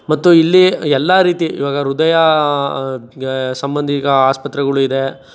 ಮತ್ತು ಇಲ್ಲಿ ಎಲ್ಲ ರೀತಿ ಇವಾಗ ಹೃದಯ ಗೆ ಸಂಬಂಧಿ ಈಗ ಆಸ್ಪತ್ರೆಗಳು ಇದೆ